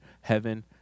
Heaven